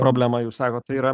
problema jūs sakottai yra